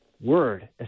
Word